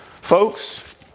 Folks